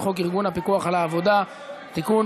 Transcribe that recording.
חוק ארגון הפיקוח על העבודה (תיקון,